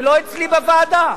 ולא אצלי בוועדה.